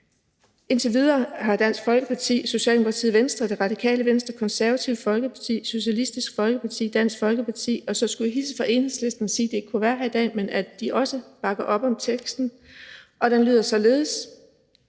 Indtil videre er det Dansk Folkeparti, Socialdemokratiet, Venstre, Radikale Venstre, Det Konservative Folkeparti, Socialistisk Folkeparti, og så skulle jeg hilse fra Enhedslisten og sige, at de ikke kunne være her i dag, men at de også bakker op om vedtagelsesteksten, der lyder således: